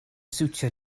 siwtio